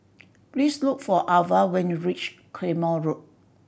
please look for Avah when you reach Claymore Road